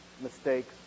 mistakes